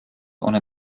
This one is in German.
ohne